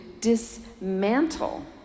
dismantle